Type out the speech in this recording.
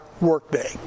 workday